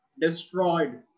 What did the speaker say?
destroyed